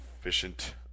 efficient